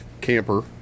camper